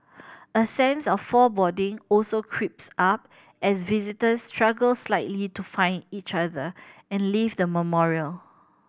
a sense of foreboding also creeps up as visitors struggle slightly to find each other and leave the memorial